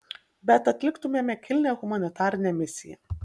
bet atliktumėme kilnią humanitarinę misiją